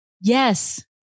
yes